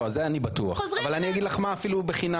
לא זה אני בטוח אבל אני אגיד לך מה אפילו בחינם,